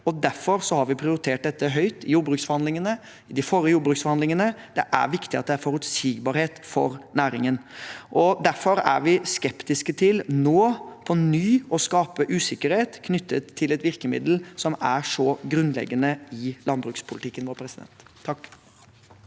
i jordbruksforhandlingene, og i de forrige jordbruksforhandlingene. Det er viktig at det er forutsigbarhet for næringen. Derfor er vi skeptiske til nå på ny å skape usikkerhet knyttet til et virkemiddel som er så grunnleggende i landbrukspolitikken vår. Per Vidar